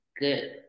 good